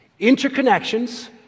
Interconnections